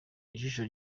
ijisho